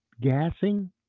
Gassing